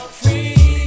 free